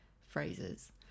phrases